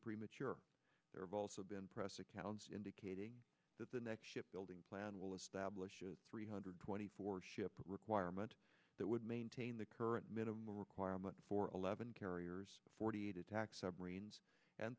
premature there have also been press accounts indicating that the next shipbuilding plan will establish a three hundred twenty four ship requirement that would maintain the current minimum requirement for eleven carriers forty eight attack submarines and